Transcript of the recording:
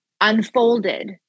unfolded